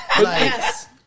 Yes